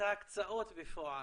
ההקצאות בפועל,